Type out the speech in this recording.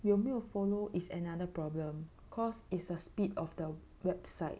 有没有 follow is another problem cause is the speed of the website